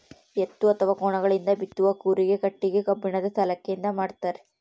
ಎತ್ತು ಅಥವಾ ಕೋಣಗಳಿಂದ ಬಿತ್ತುವ ಕೂರಿಗೆ ಕಟ್ಟಿಗೆ ಕಬ್ಬಿಣದ ಸಲಾಕೆಯಿಂದ ಮಾಡ್ತಾರೆ